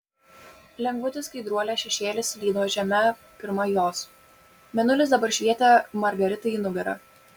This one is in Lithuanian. lengvutis skraiduolės šešėlis slydo žeme pirma jos mėnulis dabar švietė margaritai į nugarą